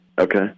Okay